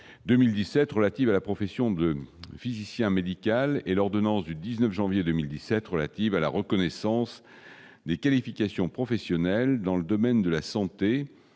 2017 relatives à la profession de physicien médical et l'ordonnance du 19 janvier 2017 relative à la reconnaissance des qualifications professionnelles dans le domaine de la santé